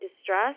distress